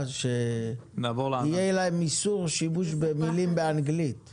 שיהיה איסור שימוש במילים באנגלית.